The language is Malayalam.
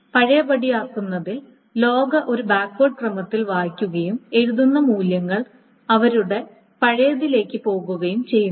പഴയപടിയാക്കുന്നതിൽ ലോഗ് ഒരു ബാക്ക്വേർഡ് ക്രമത്തിൽ വായിക്കുകയും എഴുതുന്ന മൂല്യങ്ങൾ അവരുടെ പഴയതിലേക്ക് പോകുകയും ചെയ്യുന്നു